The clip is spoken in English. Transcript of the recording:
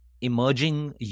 emerging